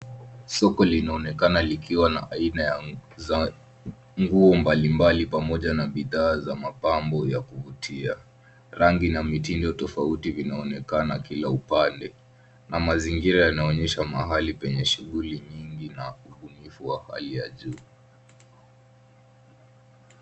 Soko linaonekana likiwa na aina za nguo mbalimbali pamoja na bidhaa za mapambo ya kuvutia. Rangi na mitindo tofauti vinaonekana kila upande na mazingira yanaonyesha mahali penye shughuli nyingi na ubunifu wa hali ya juu.